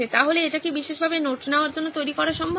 তাহলে এটা কি বিশেষভাবে নোট নেওয়ার জন্য তৈরি করা সম্ভব